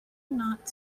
not